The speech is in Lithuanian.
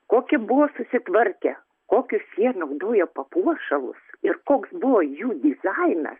kokie buvo susitvarkę kokius jie naudojo papuošalus ir koks buvo jų dizainas